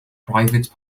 private